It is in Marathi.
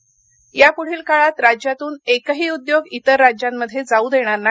उद्योजक या पुढील काळात राज्यातून एकही उद्योग इतर राज्यांमध्ये जाऊ देणार नाही